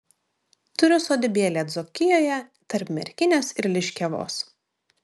turiu sodybėlę dzūkijoje tarp merkinės ir liškiavos